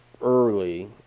early